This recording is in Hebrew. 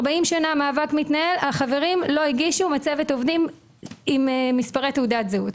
40 שנה המאבק מתנהל - החברים לא הגישו מצבת עובדים עם מספרי תעודת זהות.